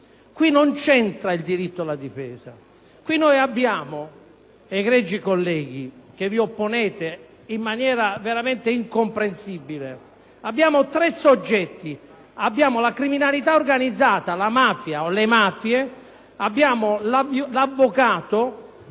non c'entra il diritto alla difesa. Egregi colleghi che vi opponete in maniera veramente incomprensibile, abbiamo tre soggetti: la criminalità organizzata (la mafia o le mafie), l'avvocato